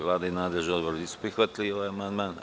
Vlada i nadležni odbor nisu prihvatili ovaj amandman.